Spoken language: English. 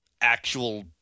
actual